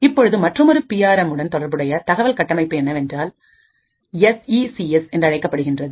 இப்பொழுது மற்றுமொரு P R M உடன் தொடர்புடைய தகவல் கட்டமைப்பு என்னவென்றால் எஸ் இ சி எஸ் என்றழைக்கப்படுகின்றது